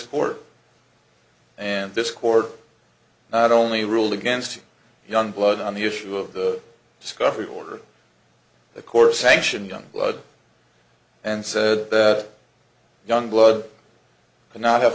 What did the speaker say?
court and this court not only ruled against youngblood on the issue of the discovery order the court sanctioned youngblood and said that young blood cannot have